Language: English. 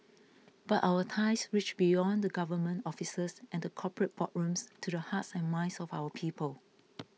but our ties reach beyond the government offices and the corporate boardrooms to the hearts and minds of our people